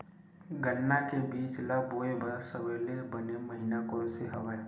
गन्ना के बीज ल बोय बर सबले बने महिना कोन से हवय?